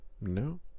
No